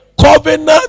covenant